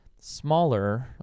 smaller